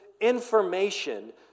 information